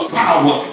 power